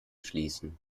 schließen